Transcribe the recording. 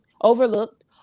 overlooked